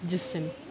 just send